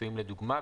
פיצויים לדוגמה),